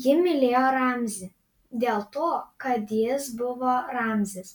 ji mylėjo ramzį dėl to kad jis buvo ramzis